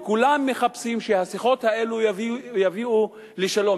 וכולם מחפשים שהשיחות האלה יביאו לשלום.